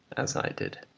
as i did.